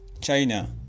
china